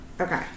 Okay